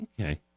Okay